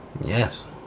Yes